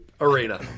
arena